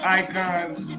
icons